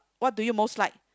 what do you most like